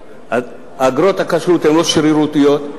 אגרות הכשרות הן לא שרירותיות,